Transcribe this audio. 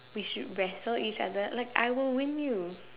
we should wrestle each other like I will win you